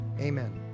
Amen